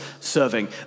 serving